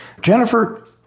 Jennifer